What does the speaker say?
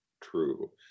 true